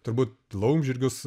turbūt laumžirgius